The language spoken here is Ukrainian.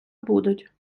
будуть